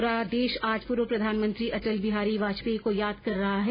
पूरा देश आज पूर्व प्रधानमंत्री अटल बिहारी वाजपेयी को याद कर रहा है